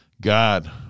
God